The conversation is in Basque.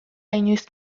inoiz